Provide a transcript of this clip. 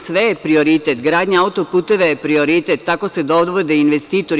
Sve je prioritet, gradnja auto-puteva je prioritet, tako se dovode investitori.